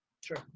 Sure